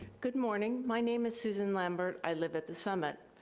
good morning. my name is susan lambert. i live at the summit.